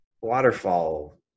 waterfall